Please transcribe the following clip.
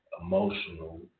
emotional